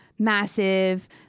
massive